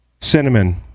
Cinnamon